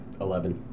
Eleven